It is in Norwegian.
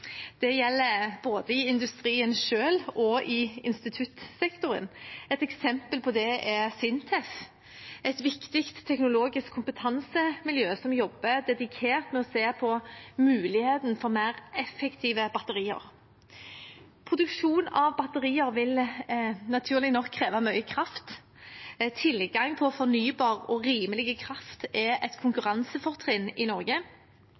Det gjelder både i industrien selv og i instituttsektoren. Et eksempel på det er SINTEF, et viktig teknologisk kompetansemiljø som jobber dedikert med å se på muligheten for mer effektive batterier. Produksjon av batterier vil naturlig nok kreve mye kraft. Tilgang på fornybar og rimelig kraft er et konkurransefortrinn i Norge.